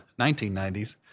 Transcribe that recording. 1990s